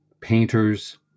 painters